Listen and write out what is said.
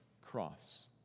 cross